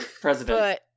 President